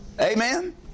Amen